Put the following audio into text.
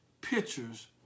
pictures